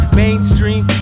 mainstream